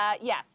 yes